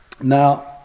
Now